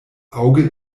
auge